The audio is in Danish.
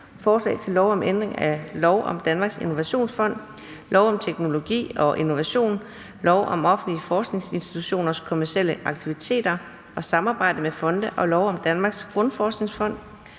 Forslag til lov om ændring af lov om Danmarks Innovationsfond, lov om teknologi og innovation, lov om offentlige forskningsinstitutioners kommercielle aktiviteter og samarbejde med fonde og lov om Danmarks Grundforskningsfond.